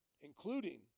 including